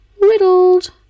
riddled